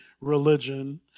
religion